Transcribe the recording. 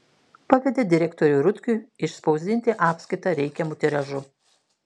pavedė direktoriui rutkiui išspausdinti apskaitą reikiamu tiražu